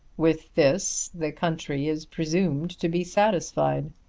with this the country is presumed to be satisfied.